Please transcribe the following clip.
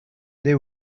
they